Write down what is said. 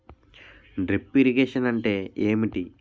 Drip irrigation అంటే ఏమిటి?